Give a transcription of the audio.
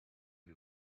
you